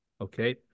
Okay